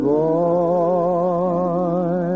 boy